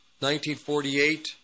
1948